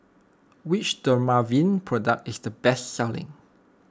which Dermaveen product is the best selling